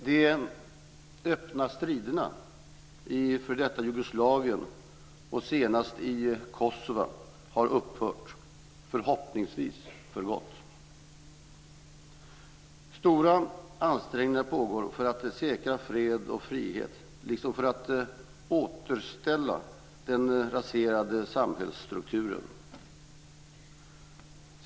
De öppna striderna i f.d. Jugoslavien och senast i Kosova har upphört, förhoppningsvis för gott. Stora ansträngningar pågår för att säkra fred och frihet liksom för att återställa den raserade samhällsstrukturen.